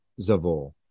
Zavol